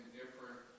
different